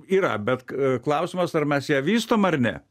yra bet klausimas ar mes ją vystom ar ne